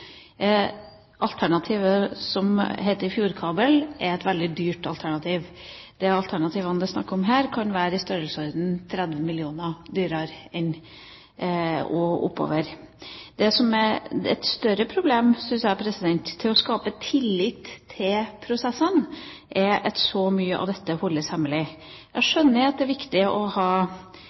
Alternativet som heter fjordkabel, er et veldig dyrt alternativ. Det alternativet det er snakk om her, kan være i størrelsesorden 30 mill. kr dyrere og oppover. Det som er et større problem, syns jeg, for å skape tillit til prosessene, er at så mye av dette holdes hemmelig. Jeg skjønner det er viktig å ha